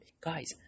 guys